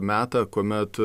metą kuomet